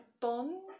Bond